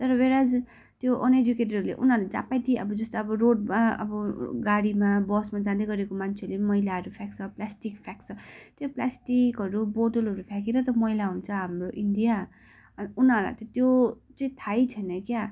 तर वेरएज त्यो अनएजुकेटेडहरूले उनीहरूले जहाँ पायो त्यहीँ अब जस्तै अब रोडमा अब गाडीमा बसमा जाँदैगरेको मान्छेहरूले पनि मैलाहरू फ्याँक्छ प्लास्टिक फ्याँक्छ त्यो प्लास्टिकहरू बोतलहरू फ्याँकेर त मैला हुन्छ हाम्रो इन्डिया अन उनीहरूलाई त्यो चाहिँ थाहै छैन क्या